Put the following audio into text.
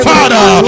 Father